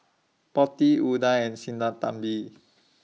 Potti Udai and Sinnathamby